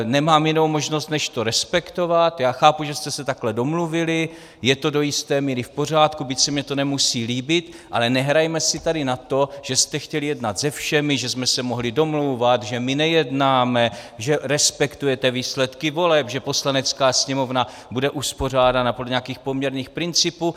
Nemám jinou možnost než to respektovat, chápu, že jste se takhle domluvili, je to do jisté míry v pořádku, byť se mi to nemusí líbit, ale nehrajme si tady na to, že jste chtěli jednat se všemi, že jsme se mohli domlouvat, že my nejednáme, že respektujete výsledky voleb, že Poslanecká sněmovna bude uspořádána podle nějakých poměrných principů.